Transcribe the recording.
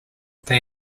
they